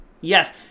Yes